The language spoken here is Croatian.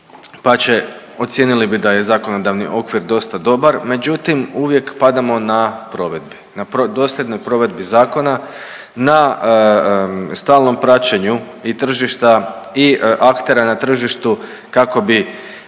pa će ocijenili bi da je zakonodavni okvir dosta dobar, međutim uvijek padamo na provedbi. Na dosljednoj provedi zakona, na stalnom praćenju i tržišta i aktera na tržištu kako bi